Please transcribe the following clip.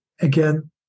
Again